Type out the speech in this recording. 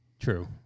True